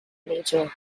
nature